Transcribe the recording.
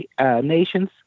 Nations